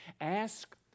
Ask